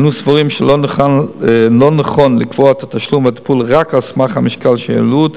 אנו סבורים שלא נכון לקבוע את התשלום והטיפול רק על סמך משקל היילוד.